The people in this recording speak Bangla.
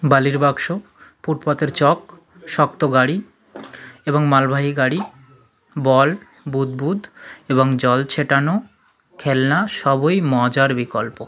বালির বাক্স ফুটপাথের চক শক্ত গাড়ি এবং মালবাহী গাড়ি বল বুদবুদ এবং জল ছেটানো খেলনা সবই মজার বিকল্প